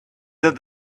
that